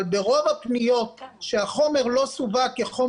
אבל ברוב הפניות שהחומר לא סווג כחומר